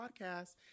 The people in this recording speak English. podcast